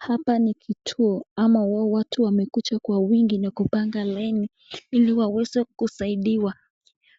Hapa ni kituo ama watu wamekuja kwa wingi na kupanga ili waweze kusaidiwa.